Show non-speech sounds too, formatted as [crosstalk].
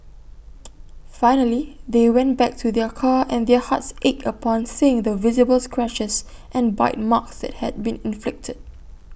[noise] finally they went back to their car and their hearts ached upon seeing the visible scratches and bite marks that had been inflicted